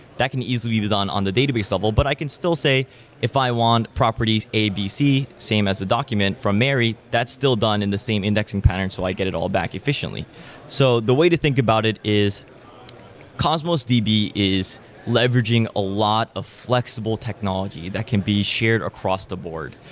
that can easily be done on on the database level, but i can still say if i want properties abc same as a document from mary, that's still done in the same indexing patterns so i get it all back efficiently so the way to think about it is cosmos db is leveraging a lot of flexible technology that can be shared across the board.